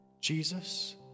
Jesus